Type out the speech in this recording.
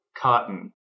cotton